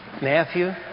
Matthew